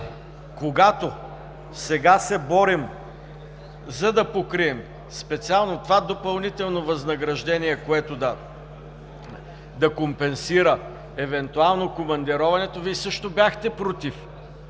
Когато сега се борим, за да покрием специално това допълнително възнаграждение, което да компенсира евентуално командироването, Вие също бяхте против,